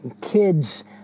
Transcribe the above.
kid's